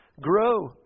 grow